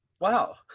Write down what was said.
Wow